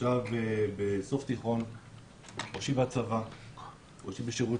שעכשיו בסוף תיכון או שהיא בצבא או שהיא בשירות